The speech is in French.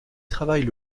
travaille